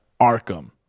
Arkham